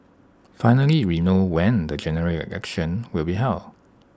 finally we know when the General Election will be held